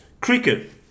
Cricket